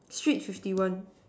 street fifty one